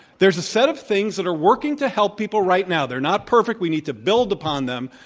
there's a set of things that are working to help people right now. they're not perfect. we need to build upon them,